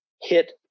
hit